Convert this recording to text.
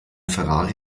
ferrari